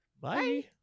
Bye